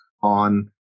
on